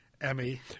Emmy